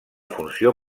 funció